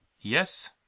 yes